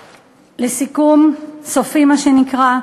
לסיכום, סופי, מה שנקרא,